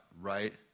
right